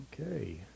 Okay